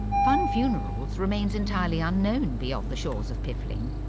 funn funerals remains entirely unknown beyond the shores of piffling.